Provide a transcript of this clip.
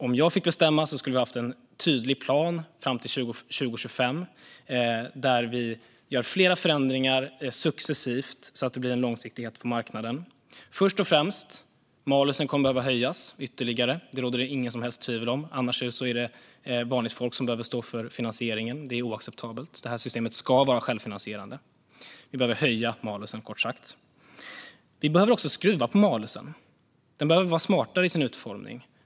Om jag fick bestämma skulle vi ha en tydlig plan fram till 2025 där vi gör flera förändringar successivt så att det blir en långsiktighet på marknaden. Först och främst kommer malusen att behöva höjas ytterligare. Det råder det inget som helst tvivel om. Annars behöver vanligt folk stå för finansieringen. Det är oacceptabelt. Systemet ska vara självfinansierande. Vi behöver kort sagt höja malusen. Vi behöver också skruva på malusen. Den behöver vara smartare i sin utformning.